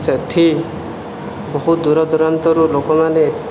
ସେଠି ବହୁ ଦୂରଦୂରାନ୍ତରରୁ ଲୋକମାନେ